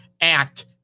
act